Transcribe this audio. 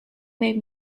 made